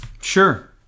Sure